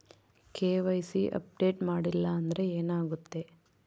KYC update ಮಾಡಿಲ್ಲ ಅಂದ್ರೆ ಏನಾಗುತ್ತೆ?